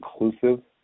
inclusive